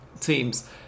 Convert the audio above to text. teams